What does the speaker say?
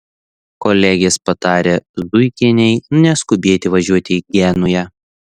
kolegės patarė zuikienei neskubėti važiuoti į genują